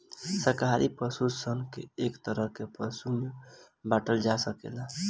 शाकाहारी पशु सन के एक तरह के पशु में बाँटल जा सकेला